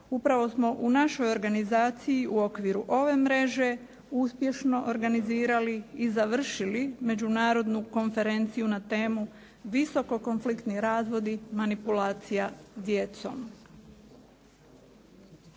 Upravo smo u našoj organizaciji u okviru ove mreže uspješno organizirali i završili međunarodnu konferenciju na temu visoko konfliktni razvodi, manipulacija djecom.